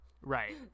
Right